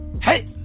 Hey